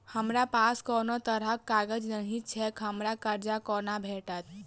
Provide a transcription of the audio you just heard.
हमरा पास कोनो तरहक कागज नहि छैक हमरा कर्जा कोना भेटत?